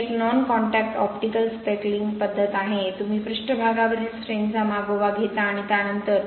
ही एक non contact optical speckling पद्धत आहे तुम्ही पृष्ठभागावरील स्ट्रेनचा मागोवा घेता आणि त्यानंतर